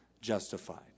justified